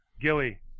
Gilly